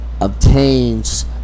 obtains